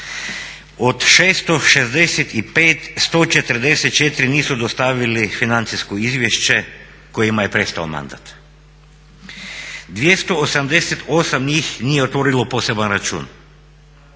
Od 665 144 nisu dostavili financijsko izvješće kojima je prestao mandat. 288 njih nije otvorilo poseban račun.